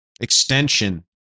extension